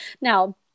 Now